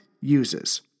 uses